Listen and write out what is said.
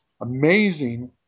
amazing